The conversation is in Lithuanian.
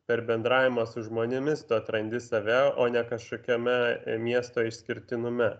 per bendravimą su žmonėmis tu atrandi save o ne kažkokiame miesto išskirtinume